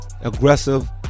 Aggressive